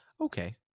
okay